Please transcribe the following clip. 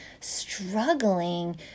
struggling